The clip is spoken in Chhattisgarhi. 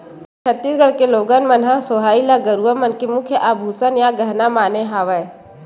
छत्तीसगढ़ के लोगन मन ह सोहई ल गरूवा मन के मुख्य आभूसन या गहना माने हवय